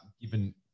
given